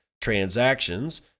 transactions